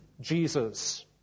Jesus